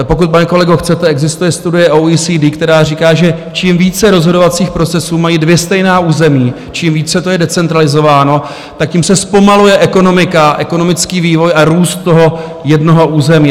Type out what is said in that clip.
Pokud, pane kolego, chcete, existuje studie OECD, která říká, že čím více rozhodovacích procesů mají dvě stejná území, čím více to je decentralizováno, tak tím se zpomaluje ekonomika, ekonomický vývoj a růst toho jednoho území.